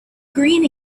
green